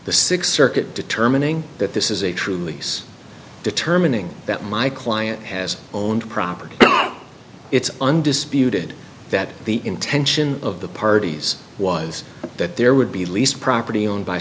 the sixth circuit determining that this is a true these determining that my client has owned property not it's undisputed that the intention of the parties was that there would be lease property owned by